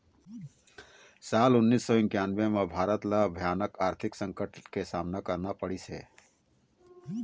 साल उन्नीस सौ इन्कानबें म भारत ल भयानक आरथिक संकट के सामना करना पड़िस हे